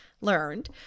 learned